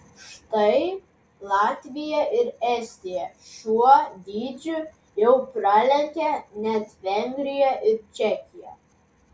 štai latvija ir estija šiuo dydžiu jau pralenkė net vengriją ir čekiją